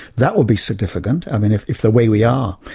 that will be significant. i mean if if the way we are,